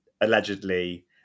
allegedly